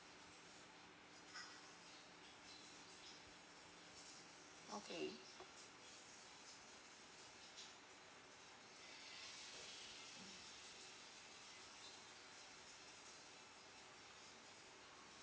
okay